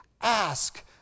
ask